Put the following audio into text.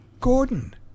Gordon